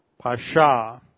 pasha